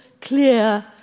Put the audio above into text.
clear